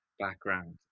background